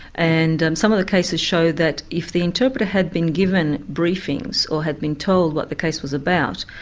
and some of the cases show that if the interpreter had been given briefings, or had been told what the case was about,